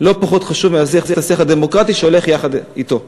פחות מלהחזיר את השיח הדמוקרטי שהולך יחד אתו.